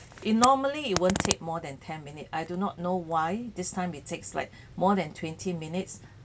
it normally you won't take more than ten minutes I do not know why this time it takes like more than twenty minutes